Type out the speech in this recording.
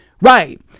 Right